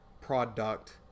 product